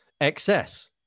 excess